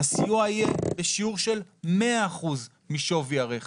הסיוע יהיה בשיעור של 100% משווי הרכב.